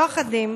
לא אחדים,